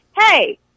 hey